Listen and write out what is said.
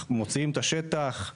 מוציאים את השטח,